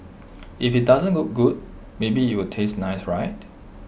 if IT doesn't look good maybe it'll taste nice right